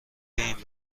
این